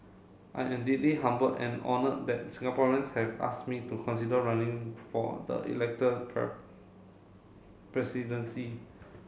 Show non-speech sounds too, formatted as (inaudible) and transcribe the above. I am deeply humbled and honoured that Singaporeans have asked me to consider running for the elected (unintelligible) presidency